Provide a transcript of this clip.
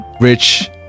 rich